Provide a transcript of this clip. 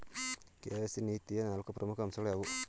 KYC ನೀತಿಯ ನಾಲ್ಕು ಪ್ರಮುಖ ಅಂಶಗಳು ಯಾವುವು?